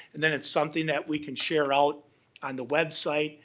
and then it's something that we can share out on the website,